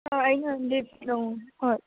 ꯑꯥ ꯑꯩꯅ ꯂꯤꯐ ꯅꯨꯡ ꯍꯣꯏ